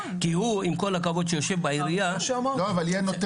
כי הוא עם כל הכבוד שיושב בעיריה- -- זה מה שאמרתי בדיוק.